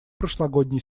прошлогодней